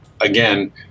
Again